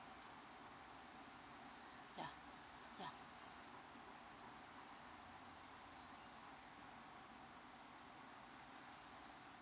ya ya